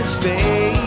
stay